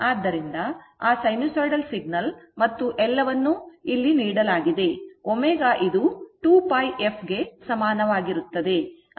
ಆದ್ದರಿಂದ ಆ sinusoidal signal ಮತ್ತು ಎಲ್ಲವನ್ನೂ ಇಲ್ಲಿ ನೀಡಲಾಗಿದೆ ω 2πf ಗೆ ಸಮಾನವಾಗಿರುತ್ತದೆ